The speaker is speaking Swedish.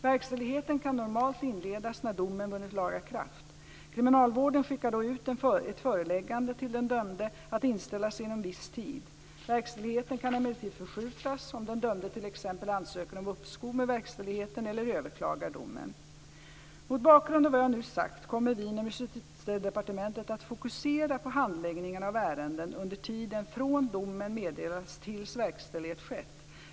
Verkställigheten kan normalt inledas när domen vunnit laga kraft. Kriminalvården skickar då ut ett föreläggande till den dömde att inställa sig inom viss tid. Verkställigheten kan emellertid förskjutas om den dömde t.ex. ansöker om uppskov med verkställigheten eller överklagar domen. Mot bakgrund av vad jag nu sagt kommer vi inom Justitiedepartementet att fokusera på handläggningen av ärenden under tiden från domen meddelats tills verkställighet skett.